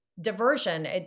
Diversion